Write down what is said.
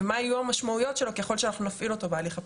ולהבין מה יהיו המשמעויות שלו ככל שאנחנו נפעיל אותו בהליך הפלילי.